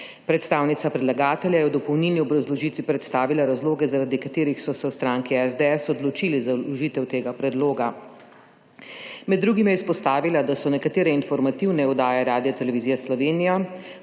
Predstavnica predlagatelja je v dopolnilni obrazložitvi predstavila razloge, zaradi katerih so se v stranki SDS odločili za vložitev tega predloga. Med drugim je izpostavila, da so nekatere informativne oddaje Radiotelevizije Slovenija